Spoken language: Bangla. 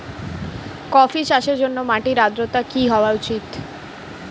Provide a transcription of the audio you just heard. কফি চাষের জন্য মাটির আর্দ্রতা কি হওয়া উচিৎ?